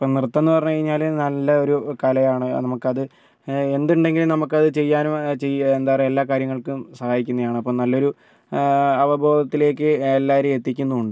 ഇപ്പം നൃത്തം എന്ന് പറഞ്ഞു കഴിഞ്ഞാൽ നല്ല ഒരു കലയാണ് നമുക്ക് അത് എന്തുണ്ടെങ്കിലും നമുക്ക് അത് ചെയ്യാനോ ചെയ്യോ എന്താ പറയുക എല്ലാ കാര്യങ്ങൾക്കും സഹായിക്കുന്നതാണ് അപ്പോൾ നല്ലൊരു അപബോധത്തിലേക്ക് എല്ലാവരെയും എത്തിക്കുന്നുമുണ്ട്